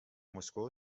مسکو